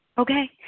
okay